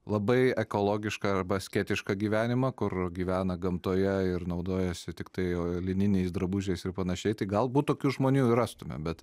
labai ekologišką arba asketišką gyvenimą kur gyvena gamtoje ir naudojasi tiktai o lininiais drabužiais ir panašiai tai galbūt tokių žmonių ir rastume bet